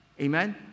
Amen